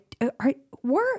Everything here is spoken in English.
We're-